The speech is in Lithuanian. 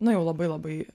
na jau labai labai